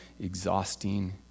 exhausting